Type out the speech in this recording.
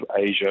Asia